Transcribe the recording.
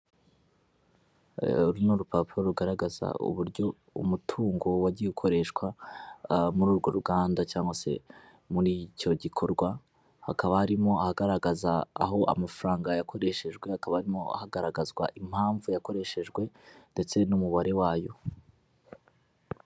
Ni urupapuro rugaragaza uburyo umutungo wagiye ukoreshwa muri urwo ruganda cyangwa se muri icyo gikorwa, hakaba harimo ahagaragaza aho amafaranga yakoreshejwe, hakaba harimo ahagaragazwa impamvu yakoreshejwe ndetse n'umubare wayo.